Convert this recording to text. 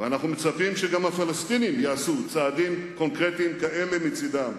ואנחנו מצפים שגם הפלסטינים יעשו צעדים קונקרטיים כאלה מצדם.